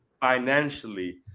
financially